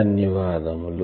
ధన్యవాదములు